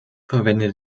verwendet